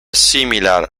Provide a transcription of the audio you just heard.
similar